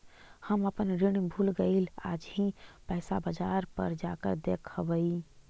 हम अपन ऋण भूल गईली आज ही पैसा बाजार पर जाकर देखवई